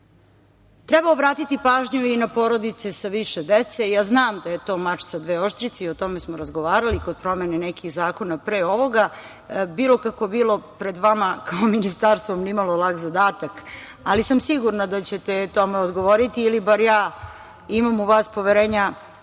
obratiti pažnju i na porodice sa više dece. Ja znam da je to mač sa dve oštrice i o tome smo razgovarali kod promene nekih zakona pre ovoga. Bilo kako bilo, pred vama kao ministarstvom ni malo lak zadatak, ali sam sigurna da ćete tome odgovoriti ili bar ja imam u vas poverenja